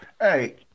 Hey